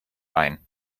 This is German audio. ein